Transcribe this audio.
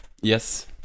Yes